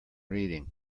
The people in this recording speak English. reading